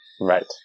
Right